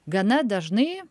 gana dažnai